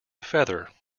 feather